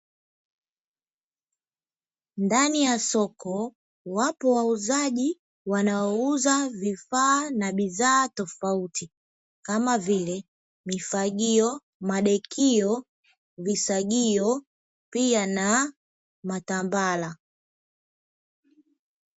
Ndani ya soko wapo wauzaji wanaouza vifaa na bidhaa tofauti kama vile: mifagio, madekio, visagio pia na matambara.